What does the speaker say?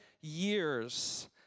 years